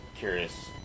curious